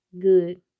Good